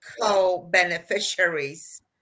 co-beneficiaries